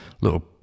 little